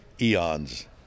eons